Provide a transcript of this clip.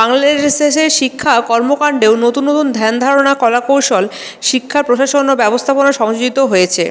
বাংলাদেশের শিক্ষা কর্মকাণ্ডেও নতুন নতুন ধ্যানধারণা কলা কৌশল শিক্ষা প্রশাসন ও ব্যবস্থাপনা সংযোজিত হয়েছে